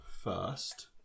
first